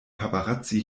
paparazzi